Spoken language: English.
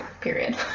period